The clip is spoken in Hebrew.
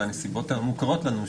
בנסיבות המוכרות לנו,